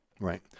Right